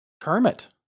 Kermit